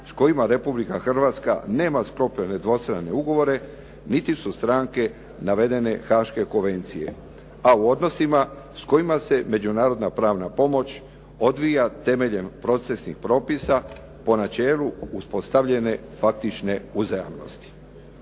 s kojima Republika Hrvatska nema sklopljene dvostrane ugovore niti su stranke navedene Haške konvencije a u odnosima s kojima se međunarodna pravna pomoć odvija temeljem procesnih propisa po načelu uspostavljene faktične uzajamnosti.